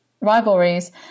rivalries